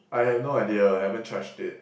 I have no idea I haven't charge it